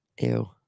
ew